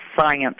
science